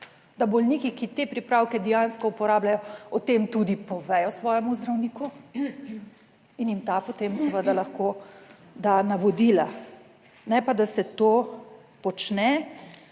da bolniki, ki te pripravke dejansko uporabljajo, o tem tudi povedo svojemu zdravniku in jim ta potem seveda lahko da navodila, ne pa da se to počne